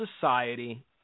society